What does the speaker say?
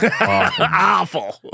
Awful